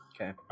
Okay